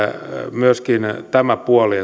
myöskin tämä puoli